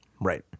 Right